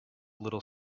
little